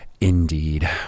Indeed